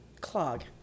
clog